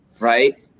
Right